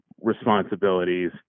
responsibilities